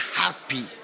happy